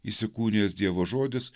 įsikūnijęs dievo žodis